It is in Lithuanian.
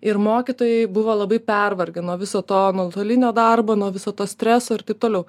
ir mokytojai buvo labai pervargę nuo viso to nuotolinio darbo nuo viso to streso ir taip toliau